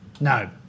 No